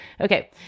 Okay